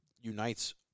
unites